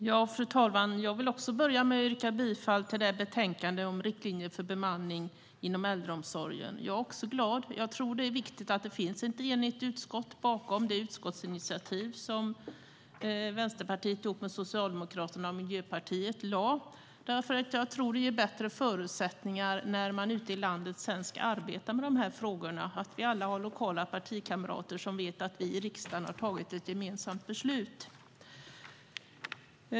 Fru talman! Jag vill också börja med att yrka bifall till förslaget i betänkandet om riktlinjer för bemanning inom äldreomsorgen. Jag är också glad. Det är viktigt att det finns ett enigt utskott bakom det utskottsinitiativ som Vänsterpartiet tog tillsammans med Socialdemokraterna och Miljöpartiet. Det ger bättre förutsättningar när man ute i landet senare ska arbeta med frågorna. Vi har alla lokala partikamrater som vet att vi i riksdagen har fattat ett gemensamt beslut.